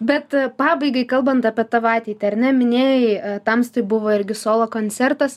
bet pabaigai kalbant apie tavo ateitį ar ne minėjai tamstoj buvo irgi solo koncertas